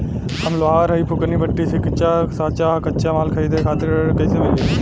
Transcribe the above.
हम लोहार हईं फूंकनी भट्ठी सिंकचा सांचा आ कच्चा माल खरीदे खातिर ऋण कइसे मिली?